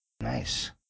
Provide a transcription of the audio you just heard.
Nice